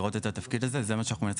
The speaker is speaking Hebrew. לראות את התפקיד הזה וזה מה שאנחנו מנסים